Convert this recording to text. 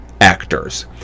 actors